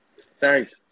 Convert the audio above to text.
Thanks